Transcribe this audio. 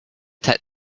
take